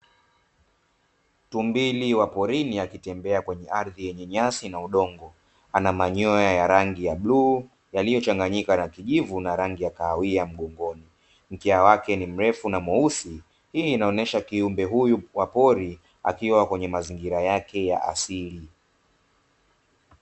Tumbili wa porini akitembea kwenye ardhi yenye nyasi na udongo, ana manyoya ya rangi ya bluu yaliyochanganyika na kijivu na rangi ya kahawia mgogoni; mkia wake ni mrefu na mweusi hii inaonesha kiumbe huyu wa pori, akiwa kwenye mazingira yake ya asili.